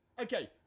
Okay